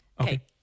Okay